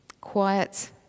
Quiet